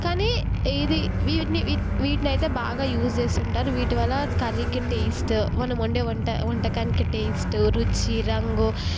కానీ ఇది వీటిని వీటిని అయితే బాగా యూస్ చేస్తూవుంటారు వీటి వల్ల కర్రీకి టేస్ట్ మనం వండే వండే వంటకానికి టేస్ట్ రుచి రంగు